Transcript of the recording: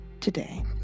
today